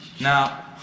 Now